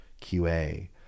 qa